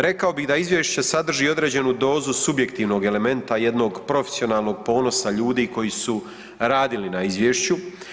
Rekao bih da izvješće sadrži i određenu dozu i subjektivnog elementa jednog profesionalnog ponosa ljudi koji su radili na izvješću.